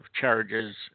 charges